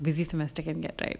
busy semester can get right